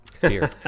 beer